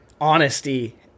honesty